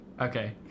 Okay